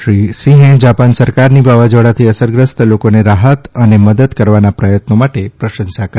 શ્રી રાજનાથ સિંહે જાપાન સરકારની વાવાઝોડાથી અસરગ્રસ્ત લોકોને રાહતને મદદ કરવાના પ્રયત્નો માટે પ્રશંસા કરી